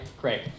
Great